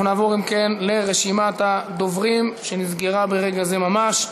אנחנו נעבור לרשימת הדוברים, שנסגרה ברגע זה ממש.